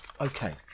Okay